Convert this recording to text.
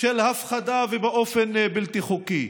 של הפחדה ובאופן בלתי חוקי.